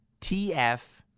TF